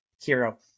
hero